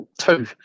two